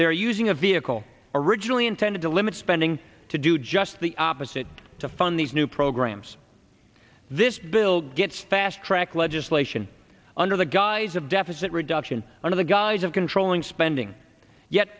they're using a vehicle originally intended to limit spending to do just the opposite to fund these new programs this bill gets fast track legislation under the guise of deficit reduction under the guise of controlling spending yet